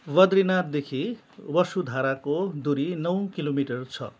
बद्रीनाथदेखि वसुधाराको दुरी नौ किलोमिटर छ